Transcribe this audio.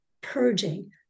purging